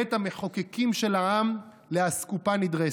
בית המחוקקים של העם, לאסקופה נדרסת.